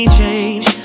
change